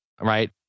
right